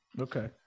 Okay